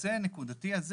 בנושא הנקודתי הזה